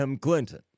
Clinton